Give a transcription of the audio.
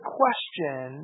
question